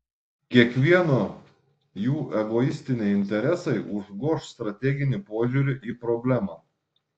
kiekvieno jų egoistiniai interesai užgoš strateginį požiūrį į problemą